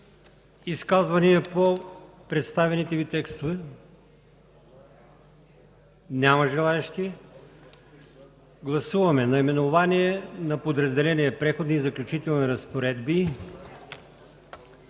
изказвания по представените Ви текстове? Няма желаещи. Гласуваме наименованието на подразделение „Преходни и заключителни разпоредби”